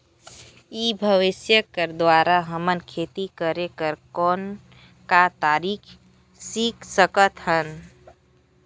ई व्यवसाय के द्वारा हमन खेती करे कर कौन का तरीका सीख सकत हन?